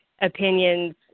opinions